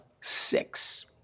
six